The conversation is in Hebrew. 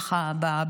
ככה,